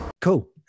Cool